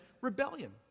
rebellion